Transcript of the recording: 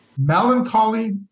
melancholy